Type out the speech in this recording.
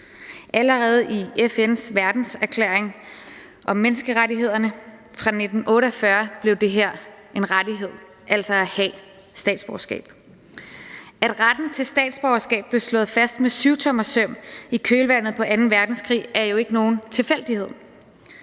Allerede i FN's verdenserklæring om menneskerettighederne fra 1948 blev det en rettighed at have statsborgerskab. At retten til statsborgerskab blev slået fast med syvtommersøm i kølvandet på anden verdenskrig, er jo ikke nogen tilfældighed.